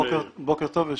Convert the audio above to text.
בוקר טוב.